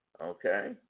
Okay